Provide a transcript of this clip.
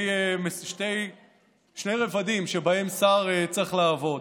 שני רבדים שבהם שר צריך לעבוד.